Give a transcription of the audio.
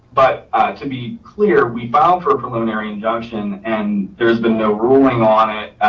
but to be clear, we filed for a preliminary injunction and there has been no ruling on it.